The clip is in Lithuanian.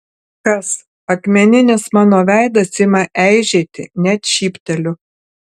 kas akmeninis mano veidas ima eižėti net šypteliu